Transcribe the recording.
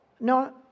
no